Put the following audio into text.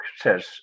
says